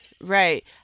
right